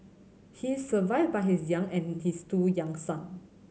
he is survived by his young and his two young son